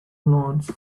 large